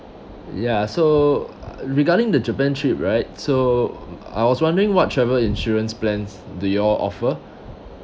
ya so regarding the japan trip right so I was wondering what travel insurance plans do you all offer